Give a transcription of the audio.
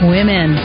Women